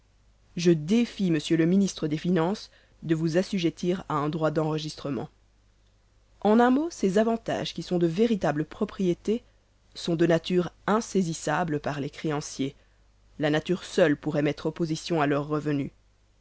je défie m le ministre des finances de vous assujettir à un droit d'enregistrement en un mot ces avantages qui sont de véritables propriétés sont de nature insaisissable par les créanciers la nature seule pourrait mettre opposition à leur revenu